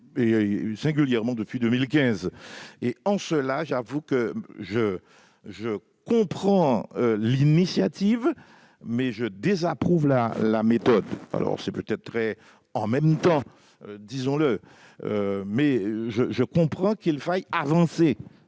et, singulièrement, depuis 2015. En cela, j'avoue que je comprends l'initiative, même si je désapprouve sa méthode. C'est un peu « en même temps », disons-le, mais je comprends qu'il faille avancer.